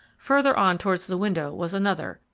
further on towards the window was another,